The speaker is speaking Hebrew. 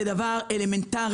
זה דבר אלמנטרי,